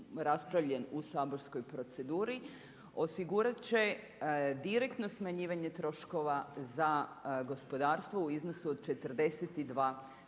raspravljen u saborskoj proceduri osigurat će direktno smanjivanje troškova za gospodarstvo u iznosu od 42